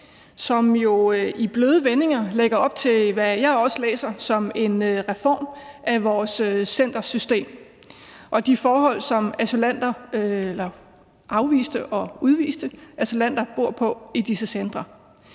jo i bløde vendinger lægger op til, hvad jeg også læser som en reform af vores centersystem og de forhold, som afviste og udviste asylanter bor under på disse centre.